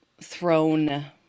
thrown